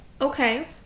Okay